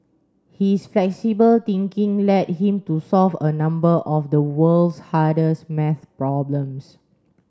his flexible thinking led him to solve a number of the world's hardest math problems